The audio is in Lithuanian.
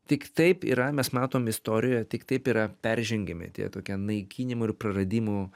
tik taip yra mes matom istorijoje tik taip yra peržengiami tie tokie naikinimo ir praradimų